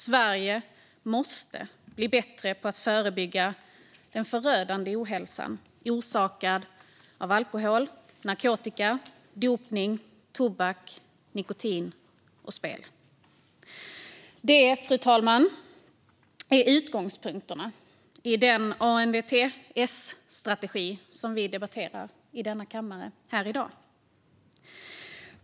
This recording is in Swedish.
Sverige måste bli bättre på att förebygga den förödande ohälsan orsakad av alkohol, narkotika, dopning, tobak och nikotin samt spel. Detta är utgångspunkterna i den ANDTS-strategi som vi debatterar i denna kammare i dag. En förnyad strategi för politiken avseende alkohol, narkotika, dopning, tobak och nikotin samt spel om pengar 2021-2025 Fru talman!